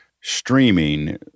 streaming